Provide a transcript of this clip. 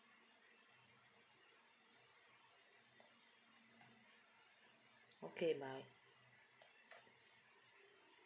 okay bye